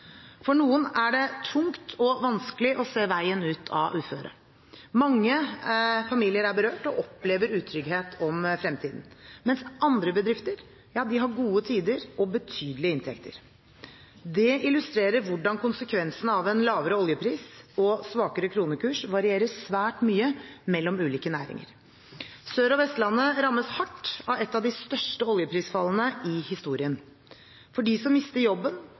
For noen er det tungt og vanskelig å se veien ut av uføret. Mange familier er berørt og opplever utrygghet om fremtiden. Andre bedrifter har gode tider og betydelige inntekter. Det illustrerer hvordan konsekvensene av en lavere oljepris og svakere kronekurs varierer svært mye mellom ulike næringer. Sør- og Vestlandet rammes hardt av et av de største oljeprisfallene i historien. For dem som mister jobben